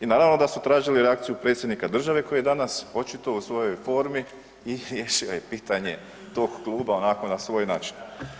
I naravno da su tražili reakciju predsjednika države koji je danas očito u svojoj formi i riješio je pitanje tog kluba onako na svoj način.